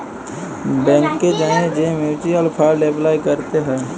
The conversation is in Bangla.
ব্যাংকে যাঁয়ে যে মিউচ্যুয়াল ফাল্ড এপলাই ক্যরতে হ্যয়